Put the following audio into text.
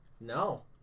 No